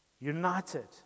united